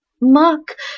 Mark